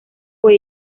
fue